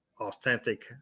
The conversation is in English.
authentic